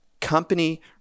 Company